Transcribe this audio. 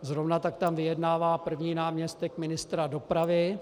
Zrovna tak tam vyjednává první náměstek ministra dopravy.